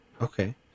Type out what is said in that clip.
Okay